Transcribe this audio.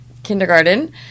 Kindergarten